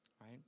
right